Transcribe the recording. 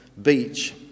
beach